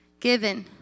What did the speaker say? Given